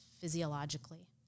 physiologically